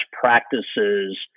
practices